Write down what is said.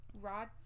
Rod